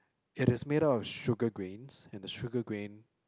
it is made up of sugar grains and the sugar grain